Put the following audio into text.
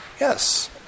Yes